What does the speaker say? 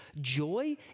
joy